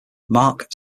mark